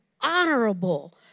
honorable